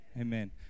amen